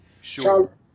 Sure